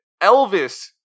Elvis